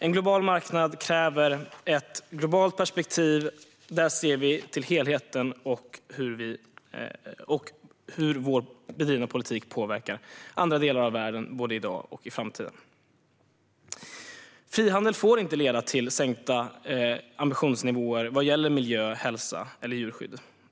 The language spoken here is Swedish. En global marknad kräver ett globalt perspektiv där vi ser till helheten och hur vår bedrivna politik påverkar andra delar av världen både i dag och i framtiden. Frihandel får inte leda till sänkta ambitionsnivåer vad gäller miljö, hälsa eller djurskydd.